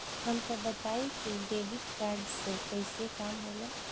हमका बताई कि डेबिट कार्ड से कईसे काम होला?